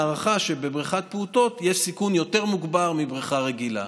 ההערכה היא שבבריכת פעוטות יש סיכון יותר מוגבר מבריכה רגילה.